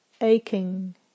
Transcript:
aching